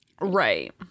Right